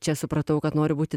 čia supratau kad noriu būti